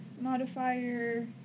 modifier